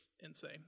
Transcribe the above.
insane